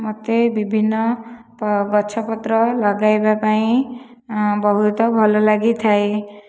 ମୋତେ ବିଭିନ୍ନ ଗଛ ପତ୍ର ଲଗାଇବା ପାଇଁ ବହୁତ ଭଲ ଲାଗିଥାଏ